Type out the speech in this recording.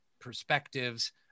perspectives